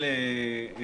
לדעתנו,